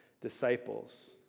disciples